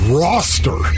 roster